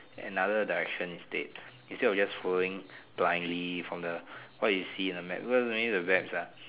another direction instead instead of just following blindly from the what you see in the map cause only the maps ah